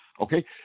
okay